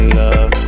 love